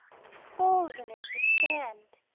golden is the sand.